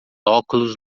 óculos